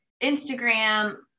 Instagram